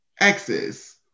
exes